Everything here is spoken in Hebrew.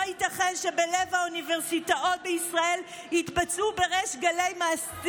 לא ייתכן שבלב האוניברסיטאות בישראל יתבצעו בריש גלי מעשים